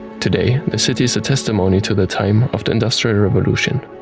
today, the city is a testimony to the time of the industrial revolution.